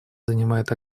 занимает